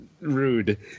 rude